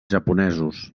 japonesos